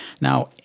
Now